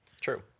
True